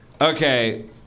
okay